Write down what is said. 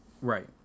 Right